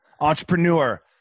entrepreneur